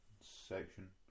section